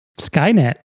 Skynet